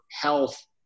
health